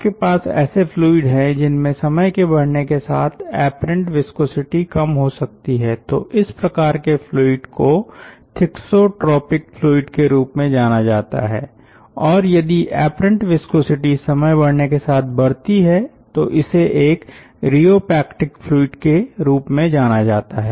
आपके पास ऐसे फ्लूइड है जिनमे समय के बढ़ने के साथ एपरेंट विस्कोसिटी कम हो सकती है तो इस प्रकार के फ्लूइड को थिक्सोट्रोपिक फ्लूइड के रूप में जाना जाता है और यदि एपरेंट विस्कोसिटी समय बढ़ने के साथ बढ़ती है तो इसे एक रियोपेक्टिक फ्लूइड के रूप में जाना जाता है